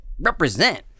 Represent